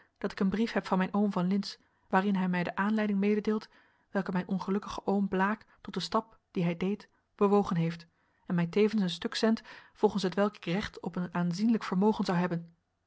dat ik een brief heb van mijn oom van lintz waarin hij mij de aanleiding mededeelt welke mijn ongelukkigen oom blaek tot den stap dien hij deed bewogen heeft en mij tevens een stuk zendt volgens hetwelk ik recht op een aanzienlijk vermogen zou hebben